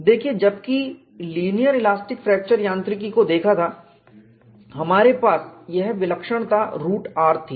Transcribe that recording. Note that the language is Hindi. देखिए जबकि हमने लीनियर इलास्टिक फ्रैक्चर यांत्रिकी को देखा था हमारे पास यह विलक्षणता रूट r थी